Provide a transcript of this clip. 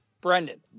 Brendan